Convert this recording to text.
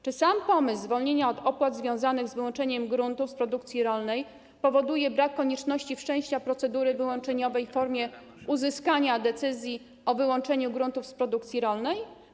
Czy sam pomysł zwolnienia od opłat związanych z wyłączeniem gruntów z produkcji rolnej powoduje brak konieczności wszczęcia procedury wyłączeniowej w formie uzyskania decyzji o wyłączeniu gruntów z produkcji rolnej?